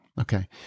Okay